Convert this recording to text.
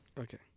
Okay